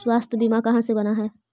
स्वास्थ्य बीमा कहा से बना है?